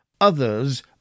Others